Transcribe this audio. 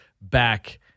back